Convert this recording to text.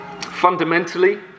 Fundamentally